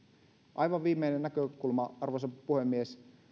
aivan viimeinen näkökulma arvoisa puhemies